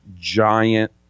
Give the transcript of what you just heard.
giant